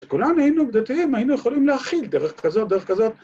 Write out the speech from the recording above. ‫כולנו היינו דתיים, היינו יכולים ‫להכיל דרך כזאת, דרך כזאת.